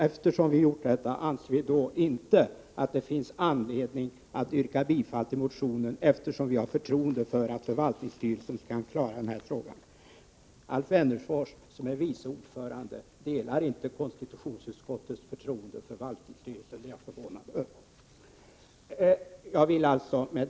Eftersom vi gjort detta, anser vi inte att det finns någon anledning att yrka bifall till denna motion. Vi har förtroende för att förvaltningsstyrelsen kan klara frågan. Alf Wennerfors, som är vice ordförande i förvaltningsstyrelsen, delar inte konstitutionsutskottets förtroende för förvaltningsstyrelsen. Jag är förvånad över det.